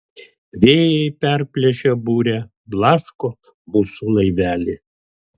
vėjai perplėšę burę blaško mūsų laivelį